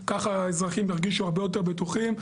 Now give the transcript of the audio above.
ככה האזרחים ירגישו הרבה יותר בטוחים.